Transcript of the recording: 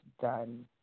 done